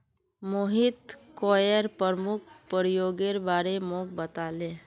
Mohit coir प्रमुख प्रयोगेर बारे मोक बताले